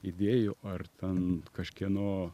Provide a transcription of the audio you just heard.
idėjų ar ten kažkieno